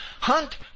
Hunt